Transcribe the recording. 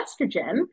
estrogen